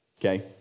okay